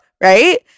right